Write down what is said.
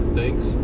thanks